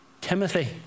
Timothy